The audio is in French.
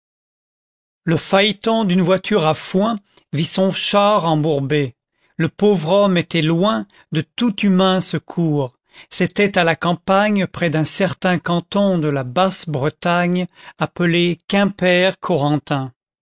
lje phaéton d'une voilure a foïn vit son char embourbé le pauvre homme étal t loin de tout humain secours c'était à la campagne près d'un certain canton de la basse-bretagne appelé